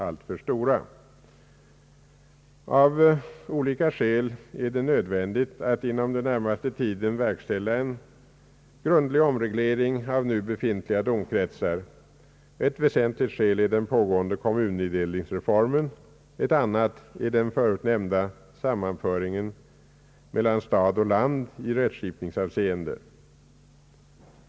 Av olika skäl är det nödvändigt att inom den närmaste tiden verkställa en grundlig omreglering av nu befintliga domkretsar. Ett väsentligt skäl är den pågående kommunindelningsreformen, ett annat är den förut nämnda samordningen mellan stad och land i rättskipningsavseende.